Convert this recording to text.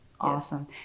awesome